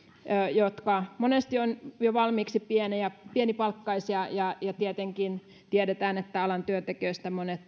jotka monesti ovat jo valmiiksi pienipalkkaisia ja ja tietenkin tiedetään esimerkiksi että alan työntekijöistä monet